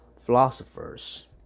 philosophers